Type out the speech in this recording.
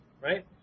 right